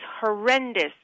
horrendous